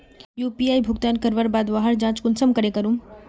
UPI भुगतान करवार बाद वहार जाँच कुंसम करे करूम?